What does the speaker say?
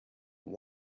have